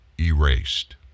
erased